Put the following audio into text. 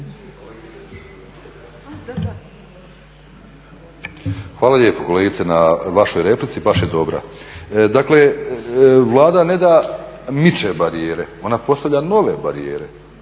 Hvala lijepo kolegice na vašoj replici, baš je dobra. Dakle Vlada ne da miče barijere, ona postavlja nove barijere.